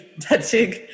touching